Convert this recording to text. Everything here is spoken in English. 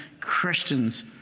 Christians